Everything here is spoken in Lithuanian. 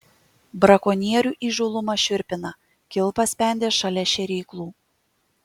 brakonierių įžūlumas šiurpina kilpas spendė šalia šėryklų